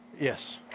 yes